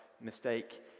Mistake